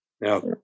Now